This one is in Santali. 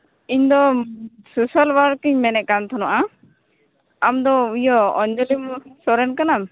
ᱤᱧᱫᱚ ᱥᱳᱥᱟᱞᱚᱣᱟᱨᱠᱤᱧ ᱢᱮᱱᱮᱫ ᱠᱟᱱ ᱛᱟᱦᱮᱱᱚᱜᱼᱟ ᱟᱢᱫᱚ ᱤᱭᱟᱹ ᱚᱧᱡᱚᱞᱤ ᱥᱚᱨᱮᱱ ᱠᱟᱱᱟᱢ